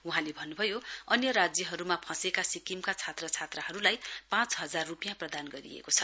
वहाँले भन्नुभयो अन्य राज्यहरुमा फँसेको सिक्किमका छात्र छात्राहरुलाई पाँच हजार रुपियाँ प्रदान गरिएको छ